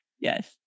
Yes